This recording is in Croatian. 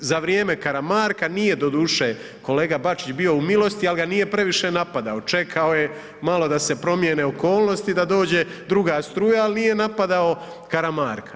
Za vrijeme Karamarka nije doduše kolega Bačić bio u milosti, ali ga nije previše napadao, čekao je malo da se promijene okolnosti, da dođe druga struja, ali nije napadao Karamarka.